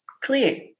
Clear